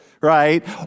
right